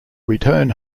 return